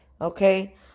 Okay